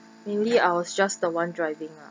mainly I was just the one driving lah